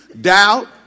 Doubt